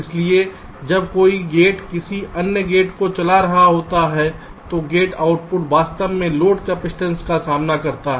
इसलिए जब कोई गेट किसी अन्य गेट को चला रहा होता है तो गेट आउटपुट वास्तव में लोड कैपइसटेंस का सामना करता है